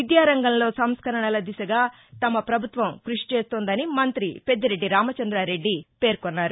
విద్యారంగంలో సంస్కరణల దిశగా తమ ప్రభుత్వం కృషి చేస్తోందని మంగ్రి పెద్దిరెడ్డి రామచంగ్రారెడ్డి పేర్కొన్నారు